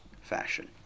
fashion